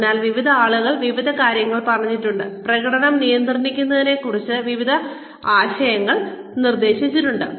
അതിനാൽ വിവിധ ആളുകൾ വിവിധ കാര്യങ്ങൾ പറഞ്ഞിട്ടുണ്ട് പ്രകടനം നിയന്ത്രിക്കുന്നതിനെക്കുറിച്ച് വിവിധ ആശയങ്ങൾ നിർദ്ദേശിച്ചിട്ടുണ്ട്